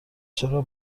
چرا